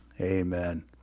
amen